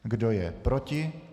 Kdo je proti?